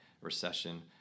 recession